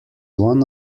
one